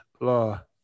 law